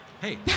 Hey